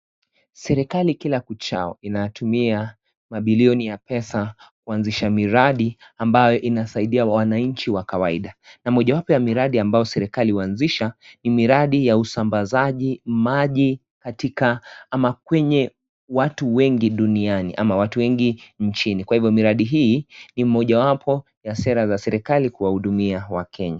Serikali kila kuchao inatumia mabilioni ya pesa kuanzisha miradi ambayo inasindia wananchi wa kawaida. Na mojawapo ya miradi ambayo serikali huanzisha ni miradi ya usambazaji maji katika ama kwenye watu wengi duniani ama watu wengi nchini. Kwa hivyo miadi hii ni mojawapo ya sera za serikali kuwahudumia wakenya.